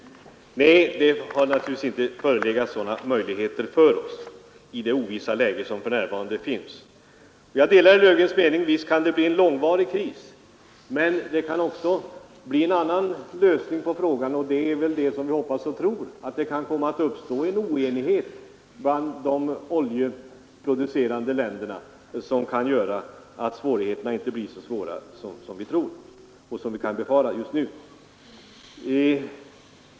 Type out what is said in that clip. Nej, det har naturligtvis inte förelegat sådana möjligheter för oss, i det ovissa läge som nu råder. Sedan delar jag herr Löfgrens uppfattning att det kan bli en långvarig kris, men det kan också bli en någorlunda snabb lösning på frågan. Det kan uppstå oenighet mellan de oljeproducerande länderna, som gör att svårigheterna inte blir så oöverkomliga som vi nu fruktar.